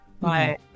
right